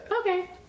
Okay